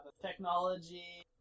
Technology